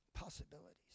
Possibilities